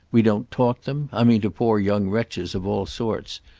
we don't talk them. i mean to poor young wretches of all sorts.